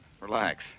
Relax